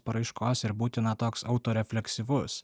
paraiškos ir būtina toks auto refleksyvus